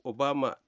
Obama